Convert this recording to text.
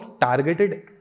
targeted